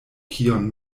kion